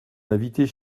invités